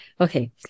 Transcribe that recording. Okay